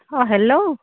অঁ হেল্ল'